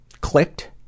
clicked